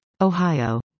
Ohio